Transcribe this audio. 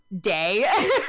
day